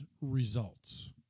results